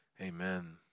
Amen